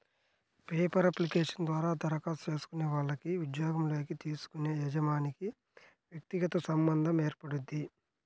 paper application ద్వారా దరఖాస్తు చేసుకునే వాళ్లకి ఉద్యోగంలోకి తీసుకునే యజమానికి వ్యక్తిగత సంబంధం ఏర్పడుద్ది